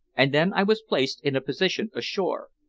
and then i was placed in a position ashore.